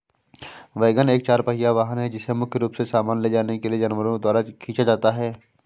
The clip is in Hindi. वैगन एक चार पहिया वाहन है जिसे मुख्य रूप से सामान ले जाने के लिए जानवरों द्वारा खींचा जाता है